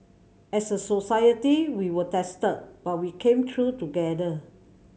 as a society we were tested but we came through together